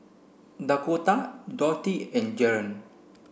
Dakoda Dorthy and Jaron